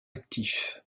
actif